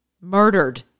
Murdered